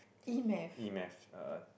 E math uh